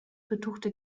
betuchte